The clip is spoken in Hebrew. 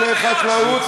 חבר הכנסת